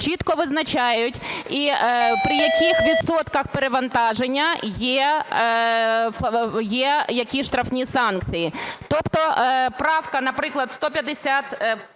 чітко визначають, при яких відсотках перевантаження є які штрафні санкції. Тобто правка, наприклад, 151-а